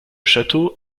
château